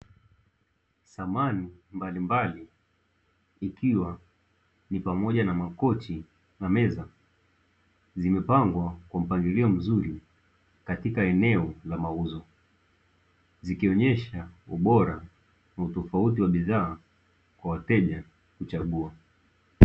Samani mbalimbali, ikiwa ni pamoja na makochi na meza, zimepangwa kwa mpangilio mzuri katika eneo la mauzo zikionyesha ubora na utofauti wa bidhaa kwa wateja kuchagua.